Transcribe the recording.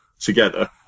together